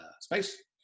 space